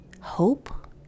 hope